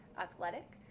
athletic